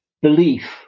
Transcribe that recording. belief